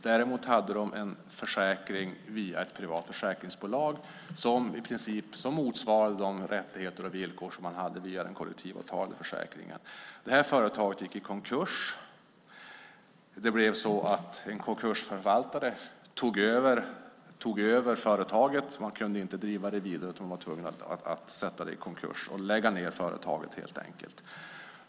Däremot hade de en försäkring via ett privat försäkringsbolag som motsvarade de rättigheter och villkor som man har via den kollektivavtalade försäkringen. Det här företaget gick i konkurs. En konkursförvaltare tog över företaget, men man kunde inte driva det vidare utan var tvungen att lägga ned företaget.